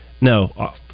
No